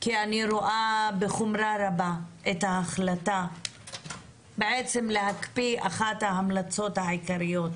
כי אני רואה בחומרה רבה את ההחלטה להקפיא את אחת ההמלצות העיקריות,